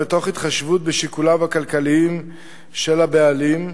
ומתוך התחשבות בשיקוליו הכלכליים של הבעלים,